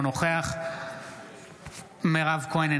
אינו נוכח מירב כהן,